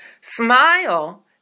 smile